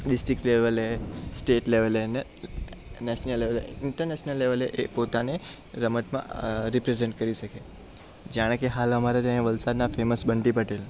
district લેવલે state લેવલે ને નેશનલ લેવલે ઇન્ટરનેશનલ લેવલે એ પોતાને રમતમાં રિપ્રેઝન્ટ કરી શકે જાણે કે હાલ અમારે અહીં વલસાડના ફેમસ બંટી પટેલ